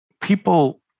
people